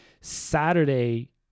Saturday